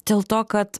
dėl to kad